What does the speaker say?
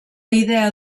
idea